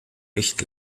echt